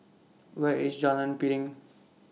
Where IS Jalan Piring